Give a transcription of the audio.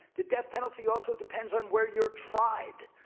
the death penalty also depends on where you're tried.